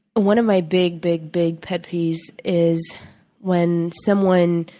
one of my big, big, big pet peeves is when someone,